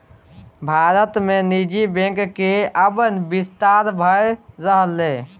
भारत मे निजी बैंकक आब बिस्तार भए रहलैए